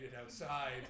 outside